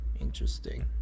Interesting